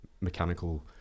mechanical